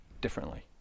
differently